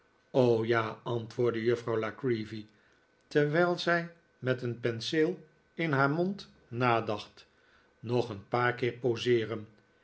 ja antwoordde juffrouw la creevy terwijl zij met een penseel in haar mond nadacht nog een paar keer poseeren